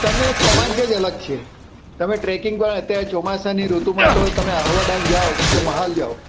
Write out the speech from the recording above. તમે એક રોમાંચ જ અલગ છે તમે ટ્રેકિંગમાં અત્યારે ચોમાસાની ઋતુમાં તો તમે આહવા ડાંગ જાઓ કે મહાલ જાઓ